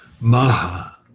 Maha